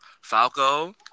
falco